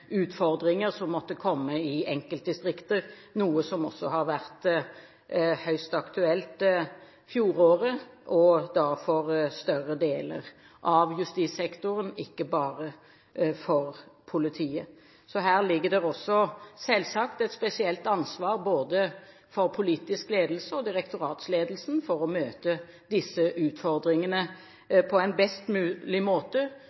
utfordringer som måtte komme i enkeltdistrikter, noe som var høyst aktuelt i fjor, og da for større deler av justissektoren, ikke bare for politiet. Her ligger det også, selvsagt, et spesielt ansvar hos både politisk ledelse og direktoratsledelsen for å møte disse utfordringene på en best mulig måte